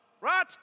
right